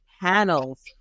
panels